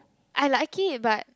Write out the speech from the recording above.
I like it but